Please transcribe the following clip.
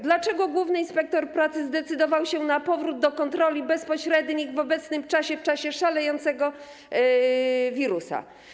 Dlaczego główny inspektor pracy zdecydował się na powrót do kontroli bezpośrednich w obecnym czasie, w czasie szalejącego wirusa?